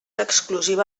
exclusiva